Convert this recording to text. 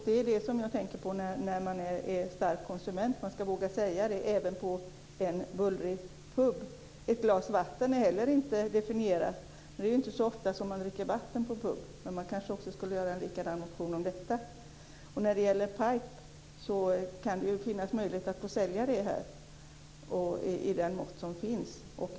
Det är det jag tänker på när man är en stark konsument. Man ska våga säga detta även på en bullrig pub. Ett glas vatten är inte heller definierat. Det är inte så ofta som man dricker vatten på en pub, men man kanske skulle skriva en likadan motion om detta. När det gäller pint så kan det ju finnas möjlighet att också här sälja detta mått.